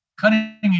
cutting